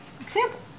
example